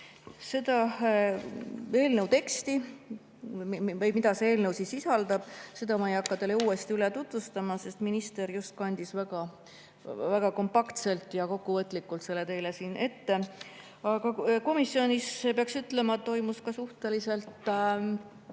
Eelnõu teksti või seda, mida eelnõu sisaldab, ma ei hakka teile uuesti tutvustama, sest minister just kandis väga kompaktselt ja kokkuvõtlikult selle teile siin ette. Komisjonis, peaks ütlema, toimus suhteliselt